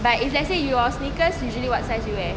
but if let's say your sneakers usually what size you wear